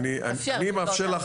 אני מאפשר למשטרה